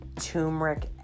Turmeric